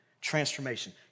transformation